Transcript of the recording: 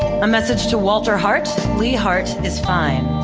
a message to walter heart, lee heart is fine.